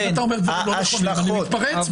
כשאתה אומר דברים לא נכונים, אני מתפרץ.